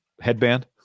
headband